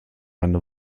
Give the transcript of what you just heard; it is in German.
eine